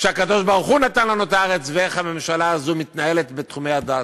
שהקדוש-ברוך-הוא נתן לנו את הארץ ואיך הממשלה הזו מתנהלת בתחומי הדת,